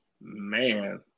Man